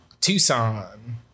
tucson